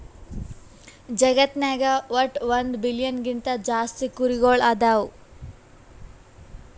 ಜಗತ್ನಾಗ್ ವಟ್ಟ್ ಒಂದ್ ಬಿಲಿಯನ್ ಗಿಂತಾ ಜಾಸ್ತಿ ಕುರಿಗೊಳ್ ಅದಾವ್